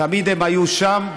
תמיד הן היו שם,